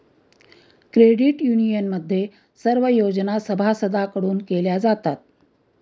credit युनियनमध्ये सर्व योजना सभासदांकडून केल्या जातात